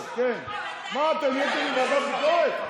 נהייתם ועדת ביקורת?